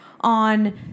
on